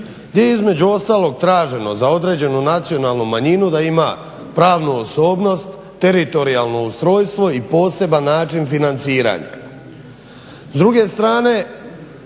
gdje između ostalog traženo za određenu nacionalnu manjinu da ima pravnu osobnost, teritorijalno ustrojstvo i poseban način financiranja.